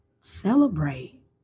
celebrate